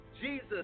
jesus